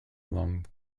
along